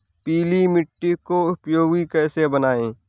पीली मिट्टी को उपयोगी कैसे बनाएँ?